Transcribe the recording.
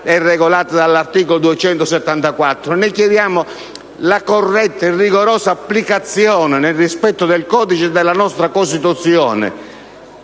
è regolata dall'articolo 274; ne chiediamo la corretta e rigorosa applicazione, nel rispetto del codice e della nostra Costituzione.